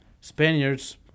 Spaniards